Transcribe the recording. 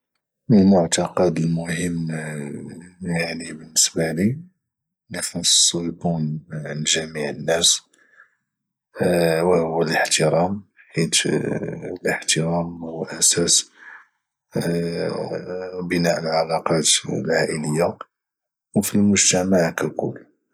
المعتقد المهم يعني بالنسبه لي اللي خاصه يكون عند جميع الناس وهو الاحترام حيت الاحترام هو اساس بناء العلاقات العائليه وفي المجتمع ككل